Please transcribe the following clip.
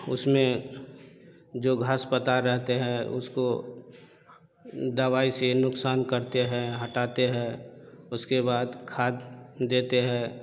उसमें जो घास पतवार रहते हैं उसको दवाई से नुकसान करते हैं हटाते हैं उसके बाद खाद देते हैं